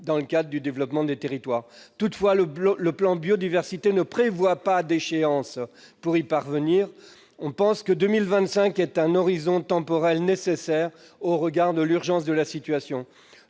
dans le cadre du développement des territoires. Toutefois, le plan Biodiversité ne prévoit pas d'échéance, et je crois que 2025 est un horizon temporel nécessaire au regard de l'urgence de la situation.